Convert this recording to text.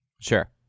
Sure